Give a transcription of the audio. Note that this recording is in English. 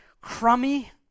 crummy